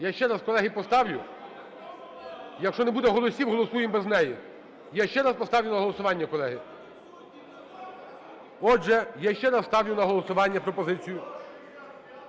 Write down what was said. Я ще раз, колеги, поставлю. Якщо не буде голосів, голосуємо без неї. Я ще раз поставлю на голосування, колеги. Отже, я ще раз ставлю на голосування пропозицію